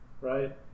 right